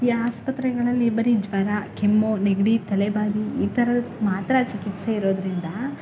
ಈ ಆಸ್ಪತ್ರೆಗಳಲ್ಲಿ ಬರಿ ಜ್ವರ ಕೆಮ್ಮು ನೆಗಡಿ ತಲೆ ಭಾದೆ ಈ ತರದ್ಕೆ ಮಾತ್ರ ಚಿಕಿತ್ಸೆ ಇರೋದರಿಂದ